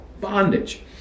bondage